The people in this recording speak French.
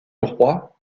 roi